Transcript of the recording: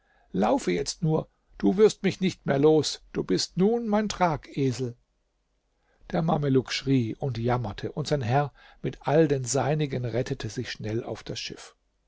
laufe jetzt nur du wirst mich nicht mehr los du bist nun mein tragesel der mameluck schrie und jammerte und sein herr mit all den seinigen rettete sich schnell auf das schiff